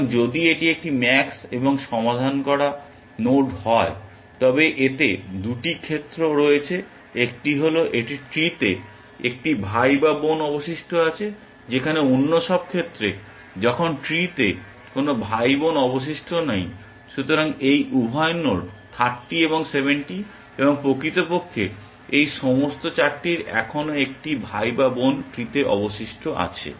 সুতরাং যদি এটি একটি ম্যাক্স এবং সমাধান করা নোড হয় তবে এতে দুটি ক্ষেত্র রয়েছে একটি হল এটির ট্রি তে একটি ভাই বা বোন অবশিষ্ট আছে যেখানে অন্য সব ক্ষেত্রে যখন ট্রি তে কোনো ভাইবোন অবশিষ্ট নেই। সুতরাং এই উভয় নোড 30 এবং 70 এবং প্রকৃতপক্ষে এই সমস্ত 4 টির এখনও একটি ভাই বা বোন ট্রি তে অবশিষ্ট আছে